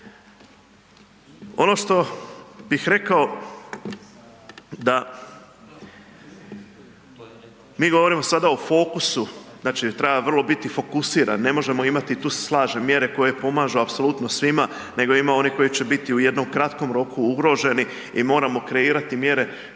Ono što bih rekao da mi govorimo sada o fokusu, znači treba biti vrlo fokusiran, ne možemo imati i tu se slažem, mjere koje pomažu apsolutno svima nego ima onih koji će biti u jednom kratkom roku ugroženi i moramo kreirati mjere